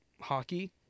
hockey